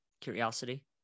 Curiosity